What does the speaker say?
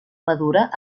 madura